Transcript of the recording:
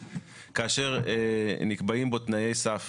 כאשר נקבעים בו תנאי סף